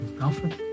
Alfred